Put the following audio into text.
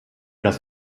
das